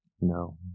No